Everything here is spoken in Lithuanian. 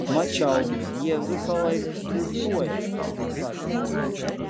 mačiau jie visąlaik flirtuoja pasakė moli